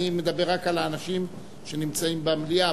אני מדבר רק על האנשים שנמצאים במליאה,